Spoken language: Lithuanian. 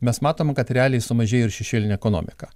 mes matom kad realiai sumažėjo ir šešėlinė ekonomika